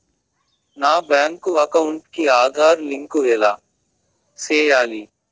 నా bank account కి Aadhaar link ఎలా సేయాలి